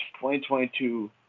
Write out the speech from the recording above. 2022